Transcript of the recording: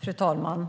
Fru talman!